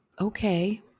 okay